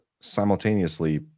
simultaneously